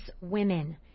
women